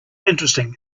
interesting